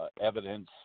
evidence